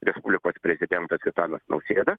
respublikos prezidentas gitanas nausėda